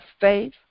faith